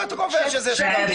איך אתה קובע שאלה שקרים?